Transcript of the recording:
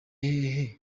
hehe